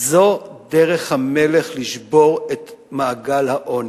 זו דרך המלך לשבור את מעגל העוני.